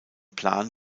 plan